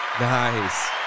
Nice